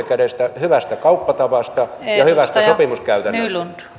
kädessä hyvästä kauppatavasta ja ja hyvästä sopimuskäytännöstä arvoisa